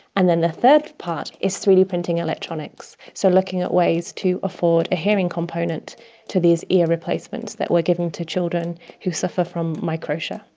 and then the third part is three d printing electronics, so looking at ways to afford a hearing component to these ear replacements that we're giving to children who suffer from microtia.